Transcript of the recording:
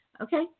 Okay